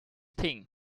think